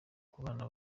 kubana